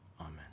amen